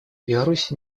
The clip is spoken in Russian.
беларусь